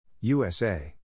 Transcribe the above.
USA